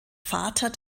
vater